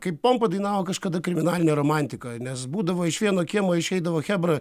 kaip pompa dainavo kažkada kriminalinę romantiką nes būdavo iš vieno kiemo išeidavo chebra